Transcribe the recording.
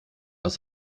was